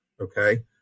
okay